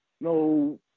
No